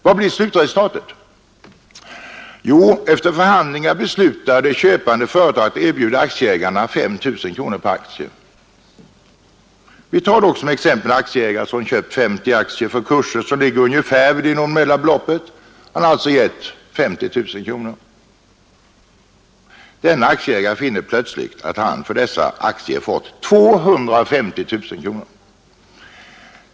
Vad blir slutresultatet? Jo, efter förhandlingar beslutar det köpande företaget erbjuda aktieägarna 5 000 kronor per aktie. Vi tar då som exempel en aktieägare som köpt 50 aktier för kurser vid ungefär det nominella beloppet, han har alltså gett 50 000 kronor. Denna aktieägare finner plötsligt att han för dessa aktier fått 250 000 kronor.